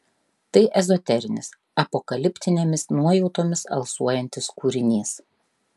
tai ezoterinis apokaliptinėmis nuojautomis alsuojantis kūrinys